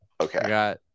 okay